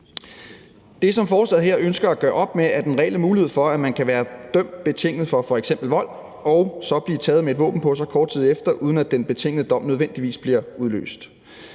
man med forslaget her ønsker at gøre op med, er den reelle mulighed for, at man kan være dømt betinget for f.eks. vold og så blive taget med et våben på sig kort tid efter, uden at den betingede dom nødvendigvis bliver udløst.